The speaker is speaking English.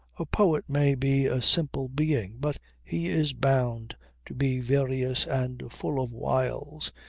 a poet may be a simple being but he is bound to be various and full of wiles,